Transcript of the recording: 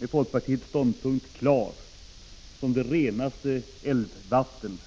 är folkpartiets ståndpunkt klar som det renaste älvvatten.